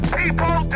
people